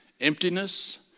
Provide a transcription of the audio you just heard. emptiness